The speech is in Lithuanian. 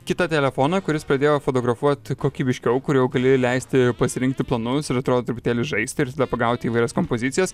kitą telefoną kuris pradėjo fotografuot kokybiškiau kur jau galėjai leisti pasirinkti planus ir atrodo truputėlį žaisti ir tada pagauti įvairias kompozicijas